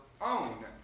own